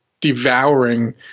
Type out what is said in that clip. devouring